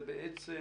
זה בעצם,